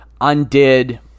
undid –